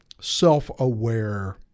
self-aware